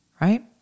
right